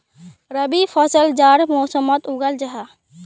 रबी फसल जाड़ार मौसमोट उगाल जाहा